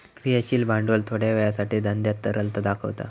क्रियाशील भांडवल थोड्या वेळासाठी धंद्यात तरलता दाखवता